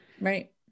Right